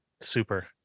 Super